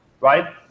right